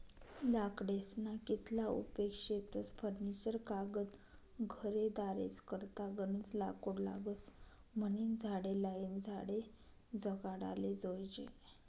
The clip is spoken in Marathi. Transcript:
लाकडेस्ना कितला उपेग शेतस फर्निचर कागद घरेदारेस करता गनज लाकूड लागस म्हनीन झाडे लायीन झाडे जगाडाले जोयजे